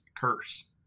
curse